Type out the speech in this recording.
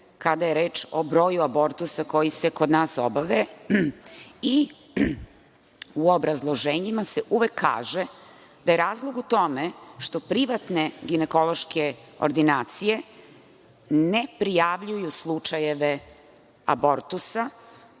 kada je reč o broju abortusa koji se kod nas obavi. U obrazloženjima se uvek kaže da je razlog u tome što privatne ginekološke ordinacije ne prijavljuju slučajeve abortusa